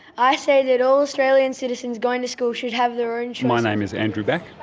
i say that all australian citizens going to school should have their own my name is andrew beck,